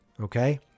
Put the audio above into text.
okay